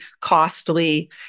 costly